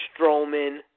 Strowman